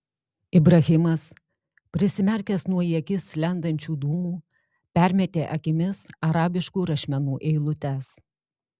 ibrahimas prisimerkęs nuo į akis lendančių dūmų permetė akimis arabiškų rašmenų eilutes